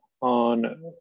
on